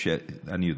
אני יודע.